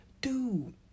dude